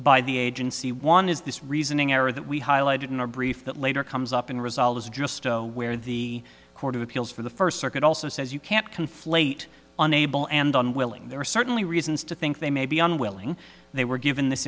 by the agency one is this reasoning or that we highlighted in our brief that later comes up in results just where the court of appeals for the first circuit also says you can't conflate unable and unwilling there are certainly reasons to think they may be unwilling they were given this